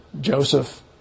Joseph